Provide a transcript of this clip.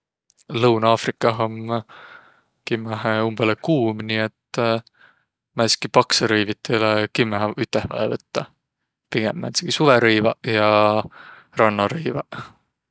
Lõuna-Aafrikah om kimmähe umbõlõ kuum, nii et määndsitki paksõ rõivit ei olõq kimmähe üteh vaja võttaq. Pigemb määndsegiq suvõrõivaq ja rannarõivaq.